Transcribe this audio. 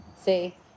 See